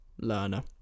learner